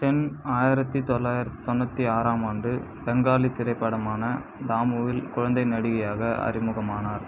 சென் ஆயிரத்து தொள்ளாயிரத்து தொண்ணுாற்றி ஆறாம் ஆண்டு பெங்காலி திரைப்படமான தாமுவில் குழந்தை நடிகையாக அறிமுகமானார்